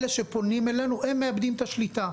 אלה שפונים אלינו מאבדים את השליטה.